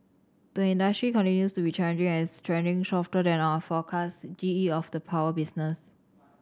the industry continues to be challenging and is trending softer than our forecast G E of the power business